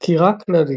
סקירה כללית